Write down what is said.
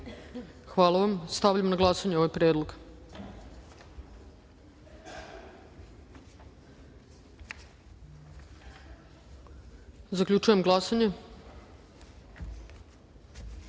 reč? Hvala vam. Stavljam na glasanje ovaj predlog. Zaključujem glasanje: